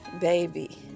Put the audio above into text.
baby